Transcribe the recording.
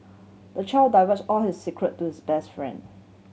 the child divulged all his secret to his best friend